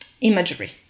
imagery